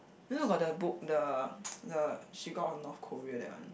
do you know got the book the the she got a North Korea that one